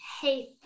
Hey